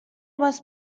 لباس